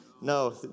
No